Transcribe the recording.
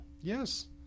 Yes